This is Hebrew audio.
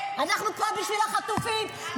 אנחנו פה בשביל החטופים,